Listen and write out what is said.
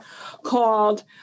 called